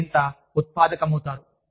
మీరు మరింత ఉత్పాదకమవుతారు